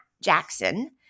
Jackson